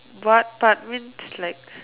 what part means like